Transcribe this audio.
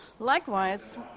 Likewise